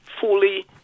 fully